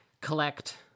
collect